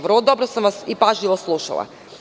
Vrlo dobro sam vas i pažljivo slušala.